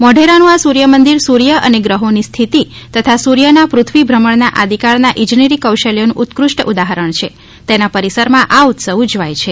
મોઢેરાનું આ સૂર્યમંદિર સૂર્ય અને ગ્રહોની સ્થિતિ તથા સૂર્યના પૂથ્વી ભુમણના આદિકાળના ઇજનેરી કૌશલ્યનું ઉત્કૃષ્ટ ઉદાહરણ છે તેના પરિસરમાં આ ઉત્સવ ઉજવાય છે